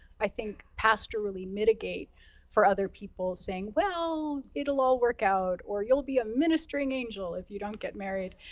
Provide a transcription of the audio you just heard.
i think, pastorally mitigate for other people, saying, well, it'll all work out. or you'll be a ministering angel, if you don't get married.